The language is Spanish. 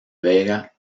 vega